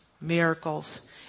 miracles